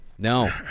No